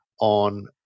on